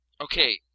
Okay